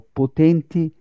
potenti